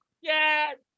Yes